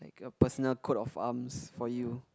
a personal code of arms for you